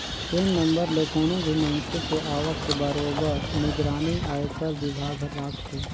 PAN number ले कोनो भी मइनसे के आवक के बरोबर निगरानी आयकर विभाग हर राखथे